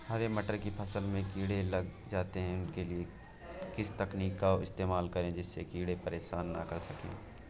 हरे मटर की फसल में कीड़े लग जाते हैं उसके लिए किस तकनीक का इस्तेमाल करें जिससे कीड़े परेशान ना कर सके?